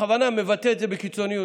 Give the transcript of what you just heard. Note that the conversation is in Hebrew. אני בכוונה מבטא את זה בקיצוניות,